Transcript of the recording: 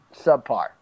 subpar